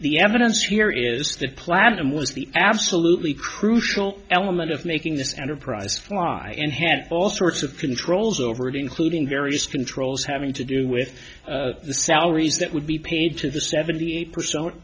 the evidence here is that platinum was the absolutely crucial element of making this enterprise fly in had all sorts of controls over it including very skin trolls having to do with the salaries that would be paid to the seventy eight percent